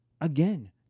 Again